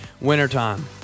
wintertime